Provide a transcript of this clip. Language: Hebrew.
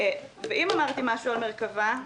ואם אמרתי משהו על מרכב"ה,